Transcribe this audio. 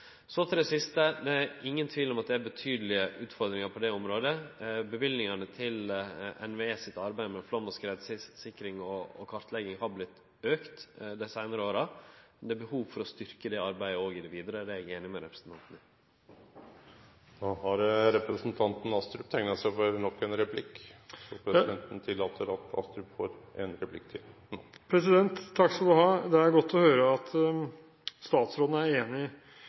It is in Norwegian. Så til det siste: Det er ingen tvil om at det er store utfordringar på det området. Bevilgningane til NVE sitt arbeid med flaum- og skredsikring og kartlegging er auka dei seinara åra, men det er behov for å styrkje det arbeidet, òg i det vidare – det er eg einig med representanten i. Det er godt å høre at statsråden er